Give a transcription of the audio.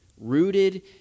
rooted